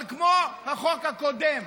אבל כמו החוק הקודם,